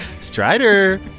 strider